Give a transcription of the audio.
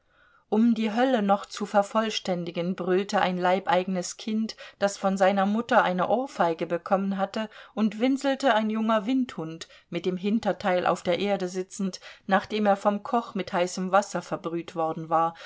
um die hölle noch zu vervollständigen brüllte ein leibeigenes kind das von seiner mutter eine ohrfeige bekommen hatte und winselte ein junger windhund mit dem hinterteil auf der erde sitzend nachdem er vom koch mit heißem wasser verbrüht worden war